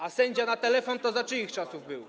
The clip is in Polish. A sędzia na telefon to za czyich czasów był?